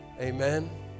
Amen